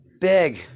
Big